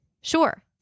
Sure